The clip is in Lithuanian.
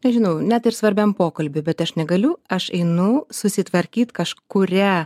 nežinau net ir svarbiam pokalbiui bet aš negaliu aš einu susitvarkyt kažkurią